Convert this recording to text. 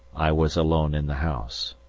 i was alone in the house.